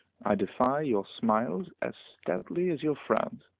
i defy your smiles, as stoutly as your frowns.